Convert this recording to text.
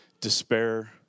despair